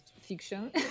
fiction